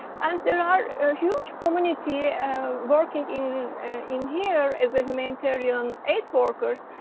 and there are are huge community working in in here as the humanitarian aid workers.